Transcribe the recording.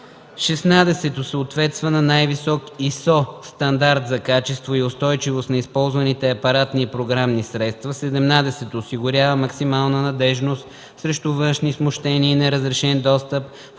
16. съответства на най-висок ISO стандарт за качество и устойчивост на използваните апаратни и програмни средства; 17. осигурява максимална надеждност срещу външни смущения и неразрешен достъп,